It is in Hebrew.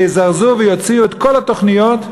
שיזרזו ויוציאו את כל התוכניות,